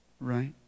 right